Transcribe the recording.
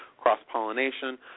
cross-pollination